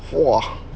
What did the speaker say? !wah!